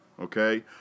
okay